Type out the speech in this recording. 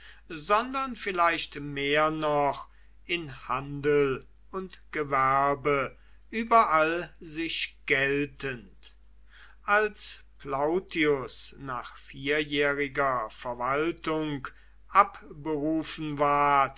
sondern vielleicht mehr noch in handel und gewerbe überall sich geltend als plautius nach vierjähriger verwaltung abberufen ward